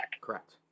Correct